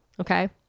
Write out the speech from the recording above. Okay